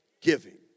giving